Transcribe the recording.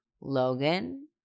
Logan